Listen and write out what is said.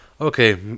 Okay